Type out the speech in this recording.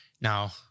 Now